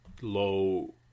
low